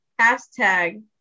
Hashtag